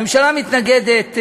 הממשלה מתנגדת.